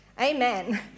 Amen